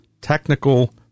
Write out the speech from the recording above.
technical